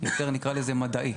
יותר מדעי.